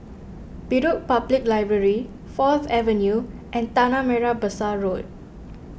Bedok Public Library Fourth Avenue and Tanah Merah Besar Road